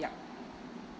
yup